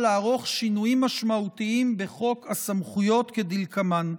לערוך שינויים משמעותיים בחוק הסמכויות כדלקמן: